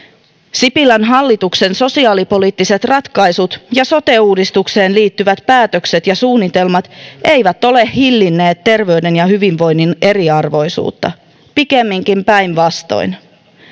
sipilän hallituksen sosiaalipoliittiset ratkaisut ja sote uudistukseen liittyvät päätökset ja suunnitelmat eivät ole hillinneet terveyden ja hyvinvoinnin eriarvoisuutta pikemminkin päinvastoin